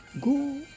Go